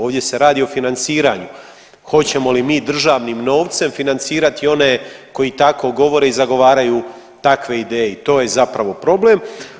Ovdje se radi o financiranju, hoćemo li mi državnim novcem financirati one koji tako govore i zagovaraju takve ideje i to je zapravo problem.